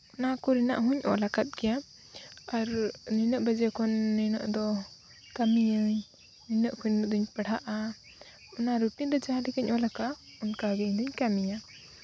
ᱚᱱᱟ ᱠᱚ ᱨᱮᱱᱟᱜ ᱦᱚᱸᱧ ᱚᱞ ᱟᱠᱟᱫ ᱜᱮᱭᱟ ᱟᱨ ᱱᱤᱱᱟᱹᱜ ᱵᱟᱡᱮ ᱠᱷᱚᱱ ᱱᱤᱱᱟᱹᱜ ᱫᱚ ᱠᱟᱹᱢᱤᱭᱟᱹᱧ ᱱᱤᱱᱟᱹᱜ ᱠᱷᱚᱱ ᱱᱤᱱᱟᱹᱜ ᱫᱚᱧ ᱯᱟᱲᱦᱟᱜᱼᱟ ᱚᱱᱟ ᱨᱩᱴᱤᱱ ᱨᱮ ᱡᱟᱦᱟᱸ ᱞᱮᱠᱟᱧ ᱚᱞ ᱟᱠᱟᱫᱼᱟ ᱚᱱᱠᱟ ᱜᱮ ᱤᱧᱫᱚᱧ ᱠᱟᱹᱢᱤᱭᱟ